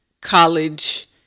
college